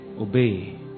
Obey